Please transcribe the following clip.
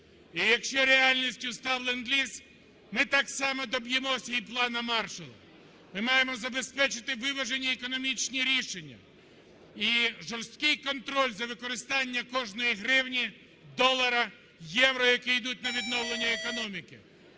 І якщо реальністю став ленд-ліз, ми так само доб'ємося і плану Маршалла. Ми маємо забезпечити виважені економічні рішення і жорсткий контроль за використанням кожної гривні, долара, євро, які йдуть на відновлення економіки.